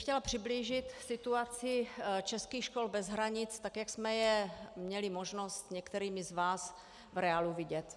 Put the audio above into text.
Chtěla bych přiblížit situaci českých škol bez hranic, tak jak jsme je měli možnost s některými z vás v reálu vidět.